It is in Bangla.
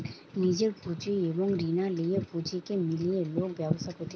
নিজের পুঁজি এবং রিনা লেয়া পুঁজিকে মিলিয়ে লোক ব্যবসা করতিছে